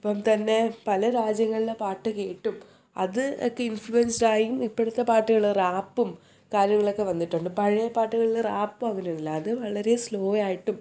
ഇപ്പോൾ തന്നെ പല രാജ്യങ്ങളിലെ പാട്ട് കേട്ടും അത് ഒക്കെ ഇൻഫ്ലൂവൻസ്ഡായി ഇപ്പോഴത്തെ പാട്ടുകൾ റാപ്പും കാര്യങ്ങളൊക്കെ വന്നിട്ടുണ്ട് പഴയ പാട്ടുകളിൽ റാപ്പ് അങ്ങനെ ഇല്ല അത് വളരെ സ്ലോ ആയിട്ടും